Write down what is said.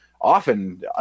often